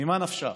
ממה נפשך?